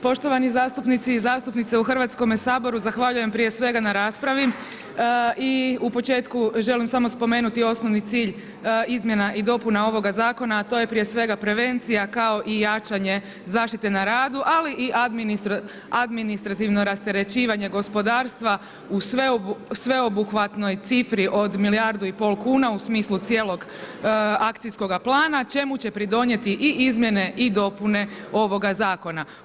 Poštovani zastupnici i zastupnici u Hrvatskome saboru, zahvaljujem prije svega na raspravi i u početku želim samo spomenuti osnovni cilj izmjena i dopuna ovoga zakona, a to je prije svega prevencija kao i jačanje zaštite na radu, ali i administrativno rasterećivanje gospodarstva u sveobuhvatnoj cifri od milijardu i pol kuna u smislu cijelog akcijskog plana, čemu će pridonijeti i izmjene i dopune ovoga Zakona.